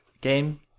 game